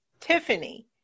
Tiffany